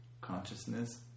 consciousness